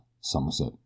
somerset